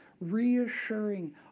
reassuring